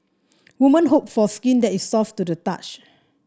women hope for skin that is soft to the touch